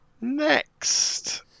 next